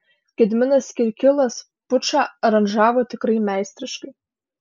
gediminas kirkilas pučą aranžavo tikrai meistriškai